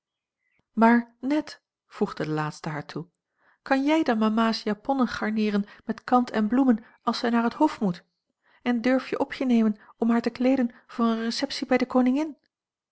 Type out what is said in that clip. net voegde de laatste haar toe kan jij dan mama's japonnen garneeren met kant en bloemen als zij naar het hof moet en durf je op je nemen om haar te kleeden voor eene receptie bij de koningin